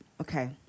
Okay